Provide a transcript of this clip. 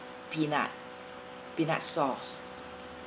peanut peanut sauce